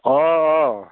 অ' অ'